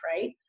right